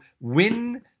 win